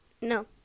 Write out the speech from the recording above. no